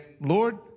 Lord